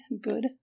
good